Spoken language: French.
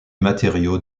matériau